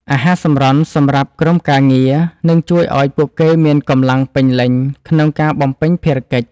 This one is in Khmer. អាហារសម្រន់សម្រាប់ក្រុមការងារនឹងជួយឱ្យពួកគេមានកម្លាំងពេញលេញក្នុងការបំពេញភារកិច្ច។